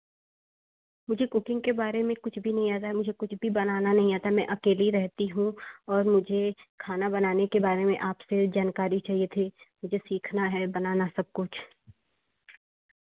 मुझे कुकिंग के बारे में कुछ भी नहीं आता है मुझे कुछ भी बनाना नहीं आता मैं अकेली रहती हूँ और मुझे खाना बनाने के बारे में आपसे जानकारी चाहिए थी मुझे सीखना है बनाना सब कुछ